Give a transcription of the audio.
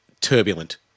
turbulent